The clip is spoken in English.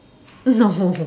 no